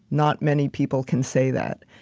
not many people can say that.